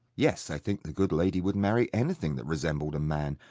yes, i think the good lady would marry anything that resembled a man,